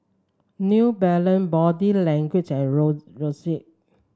New Balance Body Language and Roxy